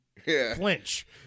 flinch